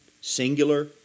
singular